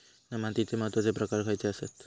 मातीचे महत्वाचे प्रकार खयचे आसत?